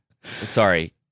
Sorry